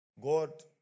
God